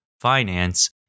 Finance